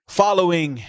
following